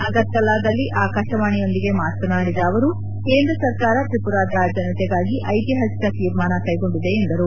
ಅಗರ್ತಲಾದಲ್ಲಿ ಆಕಾಶವಾಣೆಯೊಂದಿಗೆ ಮಾತನಾಡಿದ ಅವರು ಕೇಂದ್ರ ಸರ್ಕಾರ ತ್ರಿಪುರಾದ ಜನತೆಗಾಗಿ ಐತಿಹಾಸಿಕ ತೀರ್ಮಾನ ಕೈಗೊಂಡಿದೆ ಎಂದರು